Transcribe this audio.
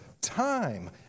time